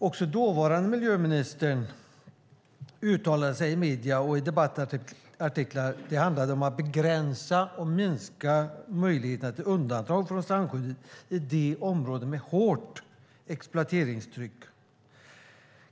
Också dåvarande miljöministern uttalade sig i medier och debattartiklar om att det handlade om att begränsa och minska möjligheterna till undantag från strandskyddet i områden med hårt exploateringstryck.